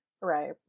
Right